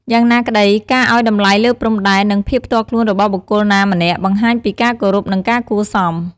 យ៉ាងណាក្ដី ការឱ្យតម្លៃលើព្រំដែន និងភាពផ្ទាល់ខ្លួនរបស់បុគ្គលណាម្នាក់ បង្ហាញពីការគោរព និងការគួរសម។